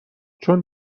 چون